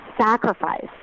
sacrifice